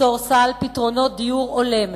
ליצור סל פתרונות דיור הולם,